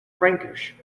frankish